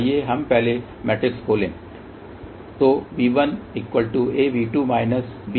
आइए हम पहले मैट्रिक्स खोलें